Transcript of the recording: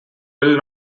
will